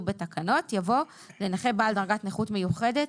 בתקנות" יבוא "לנכה בעל דרגת נכות מיוחדת